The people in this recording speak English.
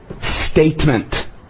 statement